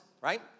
right